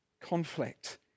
conflict